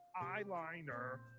eyeliner